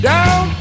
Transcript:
Down